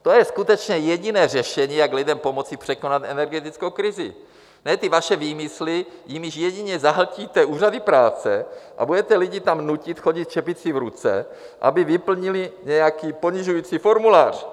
To je skutečně jediné řešení, jak lidem pomoci překonat energetickou krizi, ne ty vaše výmysly, jimiž jedině zahltíte úřady práce a budete lidi tam nutit chodit s čepicí v ruce, aby vyplnili nějaký ponižující formulář.